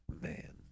Man